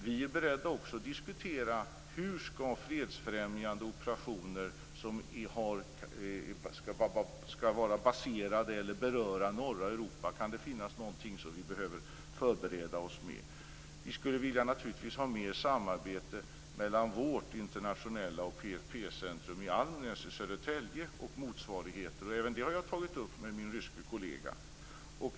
Vi är också beredda att diskutera om det finns något sätt som vi måste förbereda oss på när det gäller fredsfrämjande operationer som skall vara baserade i norra Europa. Vi skulle naturligtvis vilja ha mer samarbete mellan vårt internationella PFF-centrum i Almnäs i Södertälje och motsvarigheter till detta. Även det har jag tagit upp med min ryske kollega.